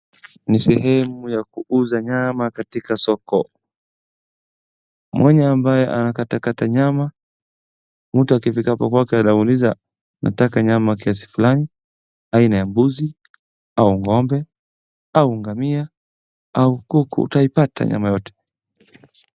Ni seemu ya kuuza nyama katika soko, mwenye ambaye anakata kata nyama. Mtu akifika hapo kwake anauliza unataka nyama kiasi fulani, au ni ya mbuzi, au ngombe, au ngamia, au kuku, utaipata nyama yote.